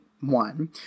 One